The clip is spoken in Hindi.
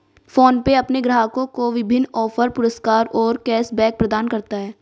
फोनपे अपने ग्राहकों को विभिन्न ऑफ़र, पुरस्कार और कैश बैक प्रदान करता है